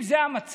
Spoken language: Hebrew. אם זה המצב,